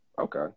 okay